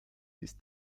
ist